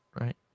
right